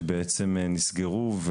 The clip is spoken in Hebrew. שבעצם נסגרו,